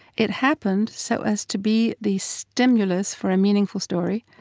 it happened so as to be the stimulus for a meaningful story.